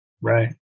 Right